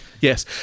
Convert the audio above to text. yes